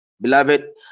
beloved